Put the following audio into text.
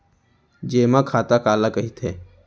जेमा खाता काला कहिथे?